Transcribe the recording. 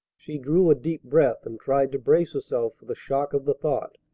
she drew a deep breath, and tried to brace herself for the shock of the thought.